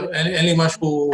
אין לי משהו יותר להגיד.